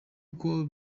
uko